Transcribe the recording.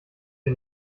der